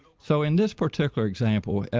so in this particular example,